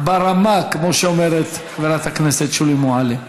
כמו שאומרת חברת הכנסת שולי מועלם-רפאלי.